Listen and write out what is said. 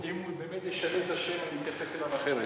אם הוא באמת ישנה את השם, אני אתייחס אליו אחרת.